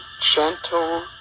gentle